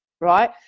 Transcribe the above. right